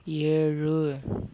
ஏழு